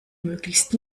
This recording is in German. möglichst